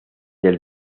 del